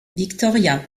victoria